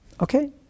Okay